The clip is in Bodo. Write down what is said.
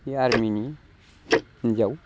बे आरमिनि हिनजाव